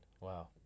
Wow